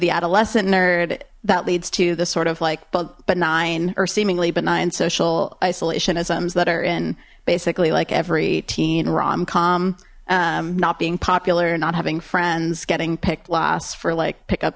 the adolescent nerd that leads to the sort of like benign or seemingly benign social isolation isms that are in basically like every teen rom com not being popular not having friends getting picked last for like pickup